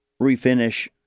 refinish